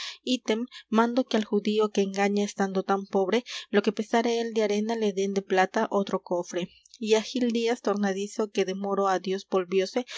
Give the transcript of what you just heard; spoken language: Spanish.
item mando que al judío que engañé estando tan pobre lo que pesare él de arena le dén de plata otro cofre y á gil díaz tornadizo que de moro á dios volvióse le